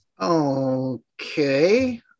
okay